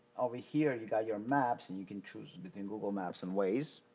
over here you got your maps and you can choose between google maps and waze.